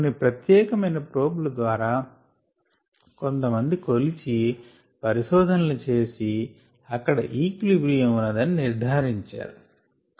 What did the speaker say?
కొన్ని ప్రత్యేకమైన ప్రోబ్ ల ద్వారా కొంత మంది కొలిచి పరిశోధనలు చేసి అక్కడ ఈక్విలిబ్రియం ఉన్నదని నిర్ధారించారు